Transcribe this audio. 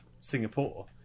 Singapore